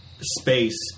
space